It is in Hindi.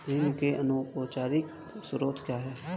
ऋण के अनौपचारिक स्रोत क्या हैं?